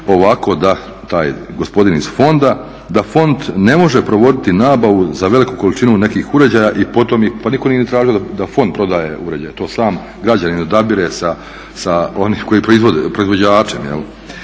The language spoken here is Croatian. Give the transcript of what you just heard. ovako, taj gospodin iz fonda, da fond ne može provoditi nabavu za veliku količinu nekih uređaja i potom ih, pa nitko nije ni tražio da fond prodaje uređaje, to sam građanin odabire sa onima koji proizvode,